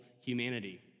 humanity